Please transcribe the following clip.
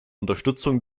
unterstützung